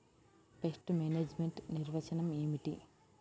Pest management నిర్వచనం ఏమిటి?